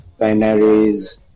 binaries